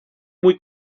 muy